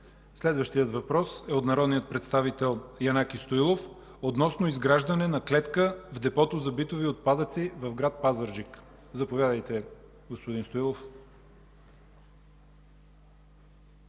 Следващият въпрос е от народния представител Янаки Стоилов относно изграждане на клетка в депото за битови отпадъци в град Пазарджик. Заповядайте, господин Стоилов.